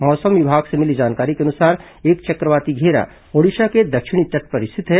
मौसम विभाग से मिली जानकारी के अनुसार एक चक्रवाती घेरा ओडिशा के दक्षिणी तट पर स्थित है